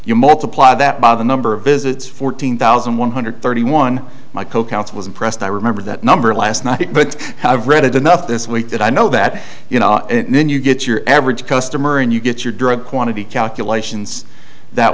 you multiply that by the number of visits fourteen thousand one hundred thirty one my co counsel was impressed i remember that number last night but i've read it enough this week that i know that you know and then you get your average customer and you get your drug quantity calculations that